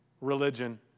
Religion